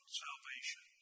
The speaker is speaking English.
salvation